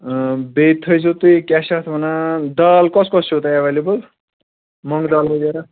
بیٚیہِ تھٲیزیو تُہۍ کیٛاہ چھِ اَتھ وَنان دال کۄس کۄس چھو تۄہہِ ایولیبل مۄنٛگ دال وغیرہ